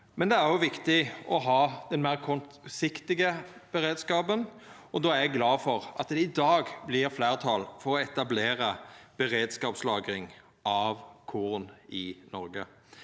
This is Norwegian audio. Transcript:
men det er òg viktig å ha den meir kortsiktige beredskapen, og då er eg glad for at det i dag vert fleirtal for å etablera beredskapslagring av korn i Noreg.